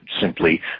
simply